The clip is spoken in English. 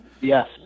Yes